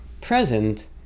present